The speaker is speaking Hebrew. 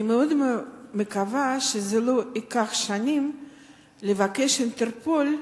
אני מאוד מקווה שזה לא ייקח שנים לבקש מה"אינטרפול"